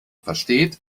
versteht